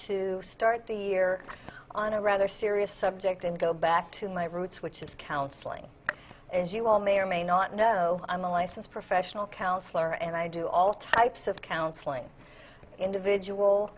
to start the year on a rather serious subject and go back to my roots which is counseling as you all may or may not know i'm a licensed professional counsellor and i do all types of counseling individual